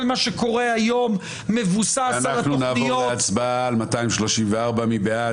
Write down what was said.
כל מה שקורה היום מבוסס על --- נצביע על הסתייגות 234. מי בעד?